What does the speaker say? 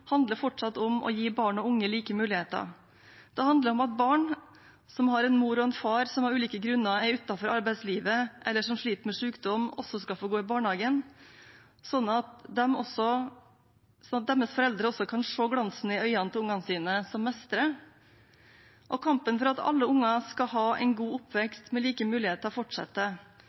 handler fortsatt om å gi barn og unge like muligheter. Det handler om at barn som har en mor og en far som av ulike grunner er utenfor arbeidslivet, eller som sliter med sykdom, også skal få gå i barnehage, så deres foreldre også kan få se glansen i øynene til barna sine når de mestrer. Og kampen for at alle barn skal ha en god oppvekst med like muligheter, fortsetter,